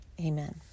Amen